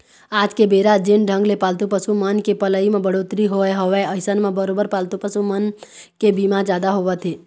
आज के बेरा जेन ढंग ले पालतू पसु मन के पलई म बड़होत्तरी होय हवय अइसन म बरोबर पालतू पसु मन के बीमा जादा होवत हे